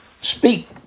speak